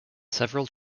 several